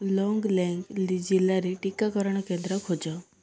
ଲଙ୍ଗ୍ଲେଙ୍ଗ୍ ଜିଲ୍ଲାରେ ଟିକାକରଣ କେନ୍ଦ୍ର ଖୋଜ